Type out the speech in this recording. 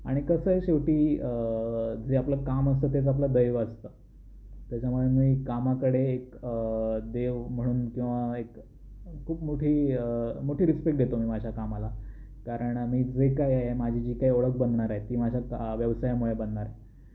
आणि कसं आहे शेवटी जे आपलं काम असतं तेच आपलं दैव असतं त्याच्यामुळे मी कामाकडे एक देव म्हणून किंवा एक खूप मोठी मोठी रिस्पेक्ट देतो मी माझ्या कामाला कारण मी जे काय आहे माझी जी काय ओळख बनणार आहे ती माझ्या का व्यवसायमुळे बनणार